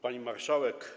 Pani Marszałek!